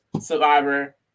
survivor